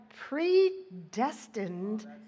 predestined